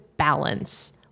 balance